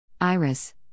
Iris